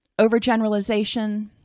Overgeneralization